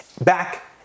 back